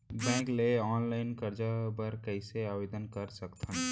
Bank ले online करजा बर कइसे आवेदन कर सकथन?